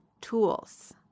tools